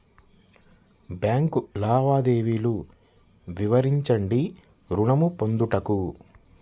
Bank లావాదేవీలు వివరించండి ఋణము పొందుటకు?